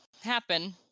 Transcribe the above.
happen